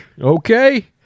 okay